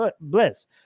bliss